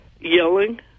yelling